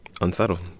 unsettled